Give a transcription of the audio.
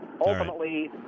Ultimately